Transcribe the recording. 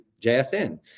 JSN